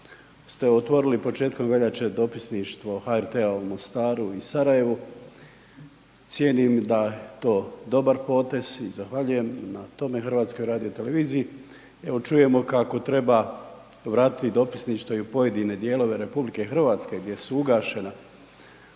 ste otvorili početkom veljače dopisništvo HRT-a u Mostaru i Sarajevu, cijenim da je to dobar potez i zahvaljujem na tome HRT-u, evo čujemo kako treba vratiti dopisništvo i u pojedine dijelove RH gdje su ugašena